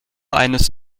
eines